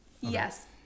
yes